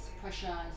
pressure